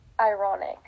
ironic